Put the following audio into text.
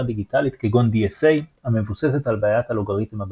דיגיטלית כגון DSA המבוססת על בעיית הלוגריתם הבדיד,